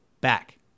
back